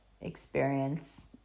experience